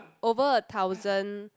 over a thousand